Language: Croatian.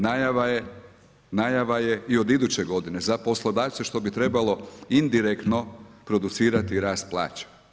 Najava je, najava je i od iduće godine za poslodavce što bi trebalo indirektno producirati rast plaća.